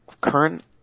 current